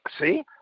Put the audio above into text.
See